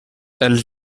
els